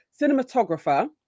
cinematographer